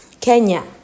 Kenya